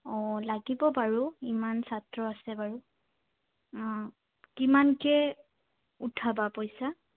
অঁ লাগিব বাৰু ইমান ছাত্ৰ আছে বাৰু কিমানকৈ উঠাবা পইচা